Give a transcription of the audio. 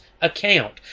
account